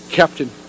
captain